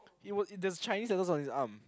it was there are Chinese letters on his arms